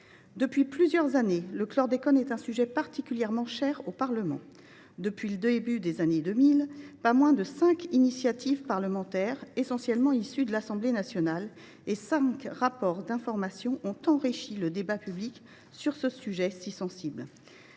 Voilà plusieurs années que le chlordécone est un sujet particulièrement cher au Parlement. Ainsi, depuis le début des années 2000, pas moins de cinq initiatives parlementaires, essentiellement issues de l’Assemblée nationale, et cinq rapports d’information ont enrichi le débat public sur ce sujet si sensible.